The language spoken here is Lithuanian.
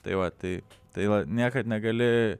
tai va tai tai va niekad negali